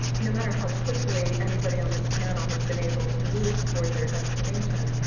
no matter how quickly anybody on this panel has been able to move toward their destination,